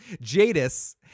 Jadis